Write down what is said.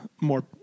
more